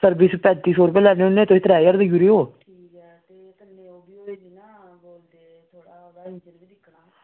ते सर्विस दा पैंती सौ रपेआ लैन्ने होन्ने तुस त्रैऽ ज्हार रपेआ देई ओड़ेओ